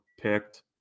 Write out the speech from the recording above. picked